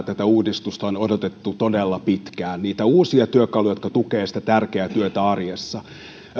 tätä uudistusta on odotettu todella pitkään niitä uusia työkaluja jotka tukevat sitä tärkeää työtä arjessa